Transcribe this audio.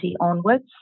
onwards